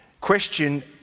Question